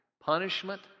punishment